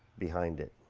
behind it.